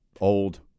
old